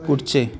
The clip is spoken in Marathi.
पुढचे